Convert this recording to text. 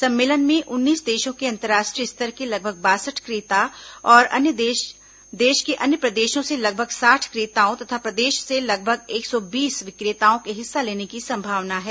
सम्मेलन में उन्नीस देशों के अंतर्राष्ट्रीय स्तर के लगभग बासठ क्रेता और देश के अन्य प्रदेशों से लगभग साठ क्रेताओं तथा प्रदेश से लगभग एक सौ बीस विक्रेताओं के हिस्सा लेने की संभावना है